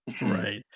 Right